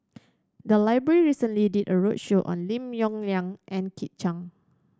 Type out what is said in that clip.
the library recently did a roadshow on Lim Yong Liang and Kit Chan